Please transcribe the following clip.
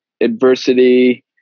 adversity